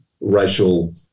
racial